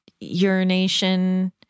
urination